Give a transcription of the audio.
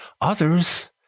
Others